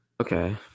Okay